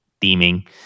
theming